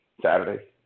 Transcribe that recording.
Saturday